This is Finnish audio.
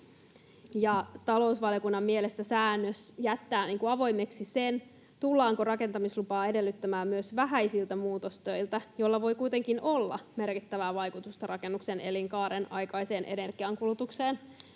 Talousvaliokunnan mielestä säännös jättää avoimeksi sen, tullaanko rakentamislupaa edellyttämään myös vähäisiltä muutostöiltä, joilla voi kuitenkin olla merkittävää vaikutusta rakennuksen elinkaaren aikaiseen energiankulutukseen.